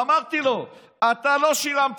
ואמרתי לו: אתה לא שילמת.